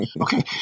Okay